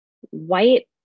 white